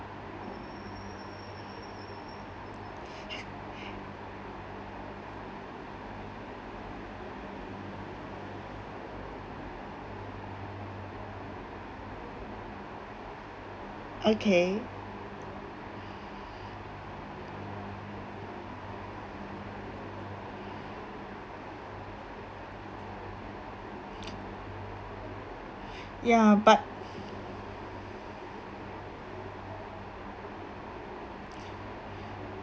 okay ya but